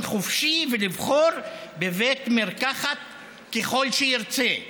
חופשי ולבחור בבית מרקחת ככל שירצה,